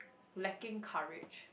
lacking courage